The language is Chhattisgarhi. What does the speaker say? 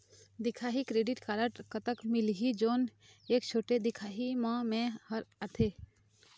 दिखाही क्रेडिट कारड कतक मिलही जोन एक छोटे दिखाही म मैं हर आथे?